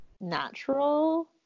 natural